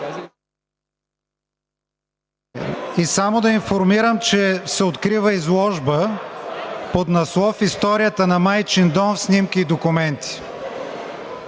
И само да информирам, че се открива изложба под наслов: „Историята на Майчин дом – снимки и документи“.